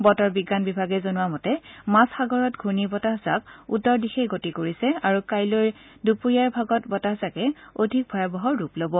বতৰ বিজ্ঞান বিভাগে জনোৱা মতে মাজ সাগৰত ঘূৰ্ণী বতাহজাক উত্তৰ দিশে গতি কৰিছে আৰু কাইলৈৰ দুপৰীয়াৰ ভাগত বতাহজাকে অধিক ভয়াৱহ ৰূপ ল'ব